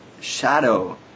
shadow